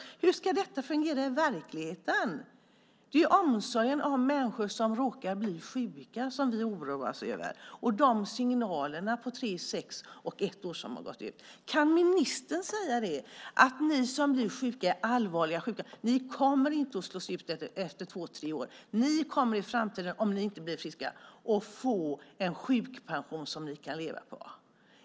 Hur ska detta fungera i verkligheten? Det är omsorgen om människor som råkar bli sjuka som vi oroas över och de signaler om ett, tre och sex år som har gått ut. Kan ministern säga: Ni som är allvarligt sjuka kommer inte att slås ut efter två, tre år? Om ni inte blir friska kommer ni i framtiden att få en sjukpension som ni kan leva på.